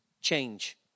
change